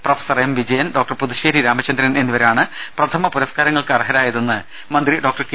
professor M Vijayan doctor Puthussery Ramachandran എന്നിവരാണ് പ്രഥമ പുരസ്കാ രങ്ങൾക്ക് അർഹരായതെന്ന് മന്ത്രി ഡോക്ടർ കെ